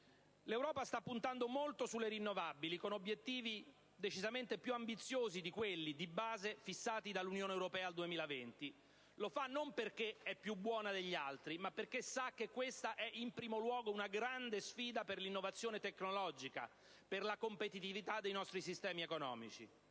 L'Europa sta puntando molto sulle rinnovabili, con obiettivi decisamente più ambiziosi di quelli, di base, fissati dall'Unione europea al 2020: lo fa non perché è più buona degli altri, ma perché sa che questa è, in primo luogo, una grande sfida per l'innovazione tecnologica, per la competitività dei nostri sistemi economici.